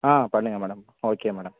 ஆ பண்ணுங்கள் madam okay madam